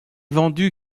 vendu